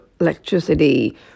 electricity